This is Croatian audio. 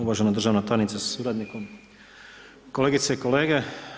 Uvažena državna tajnice sa suradnikom, kolegice i kolege.